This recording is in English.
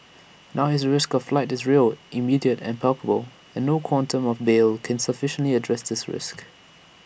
now his risk of flight is real immediate and palpable and no quantum of bail can sufficiently address this risk